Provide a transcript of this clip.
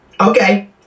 Okay